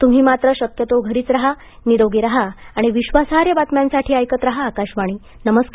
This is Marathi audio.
तुम्ही मात्र शक्यतो घरीच राहा निरोगी राहा आणि विश्वासार्ह बातम्यांसाठी ऐकत राहा आकाशवाणी नमस्कार